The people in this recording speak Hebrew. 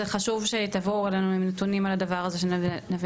זה חשוב שתבואו אלינו עם נתונים על הדבר הזה שנבין.